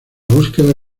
búsqueda